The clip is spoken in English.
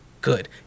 good